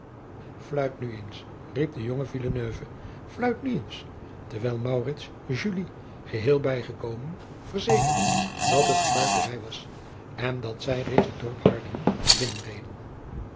nu eens riep de jonge fluit nu eens terwijl geheel bijgekomen verzekerde dat het gevaar voorbij was en dat zij reeds het dorp ardingen